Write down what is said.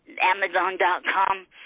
Amazon.com